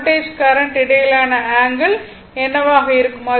voltage current இடையிலான angle என்னவாக இருக்கும்